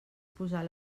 posar